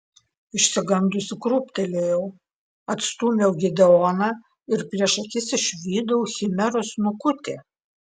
išsigandusi krūptelėjau atstūmiau gideoną ir prieš akis išvydau chimeros snukutį